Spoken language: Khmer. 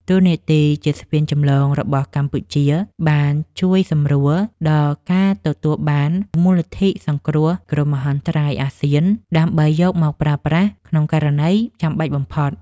តួនាទីជាស្ពានចម្លងរបស់កម្ពុជាបានជួយសម្រួលដល់ការទទួលបានមូលនិធិសង្គ្រោះគ្រោះមហន្តរាយអាស៊ាន ដើម្បីយកមកប្រើប្រាស់ក្នុងករណីចាំបាច់បំផុត។